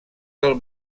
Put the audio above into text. del